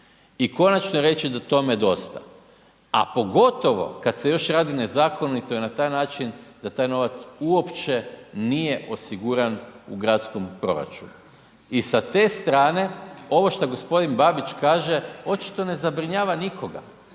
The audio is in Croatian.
i konačno reći da tome je dosta, a pogotovo kad se još radi nezakonito i na taj način da taj novac uopće nije osiguran u gradskom proračunu i sa te strane ovo što g. Babić kaže očito ne zabrinjava nikoga,